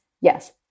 Yes